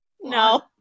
No